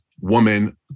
woman